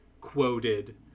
quoted